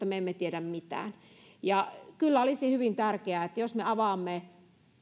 me emme tiedä mitään kyllä olisi hyvin tärkeää että jos me avaamme